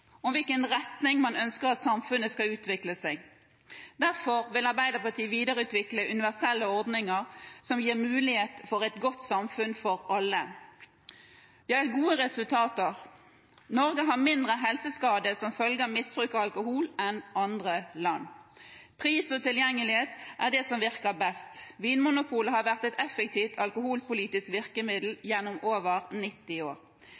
i hvilken retning man ønsker at samfunnet skal utvikle seg. Derfor vil Arbeiderpartiet videreutvikle universelle ordninger som gir mulighet for et godt samfunn for alle. Vi har gode resultater. Norge har mindre helseskader som følge av misbruk av alkohol enn andre land. Pris og tilgjengelighet er det som virker best. Vinmonopolet har vært et effektivt alkoholpolitisk virkemiddel gjennom over 90 år.